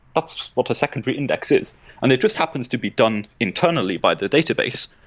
that's what a secondary index is. and it just happens to be done internally by the database.